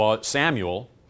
Samuel